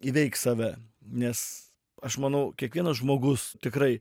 įveik save nes aš manau kiekvienas žmogus tikrai